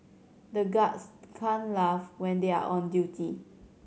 the guards can't laugh when they are on duty